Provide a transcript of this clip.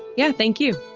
yeah. thank you.